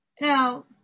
Now